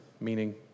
meaning